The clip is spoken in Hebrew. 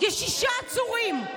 קשה לך, תצא החוצה, תשתה מים.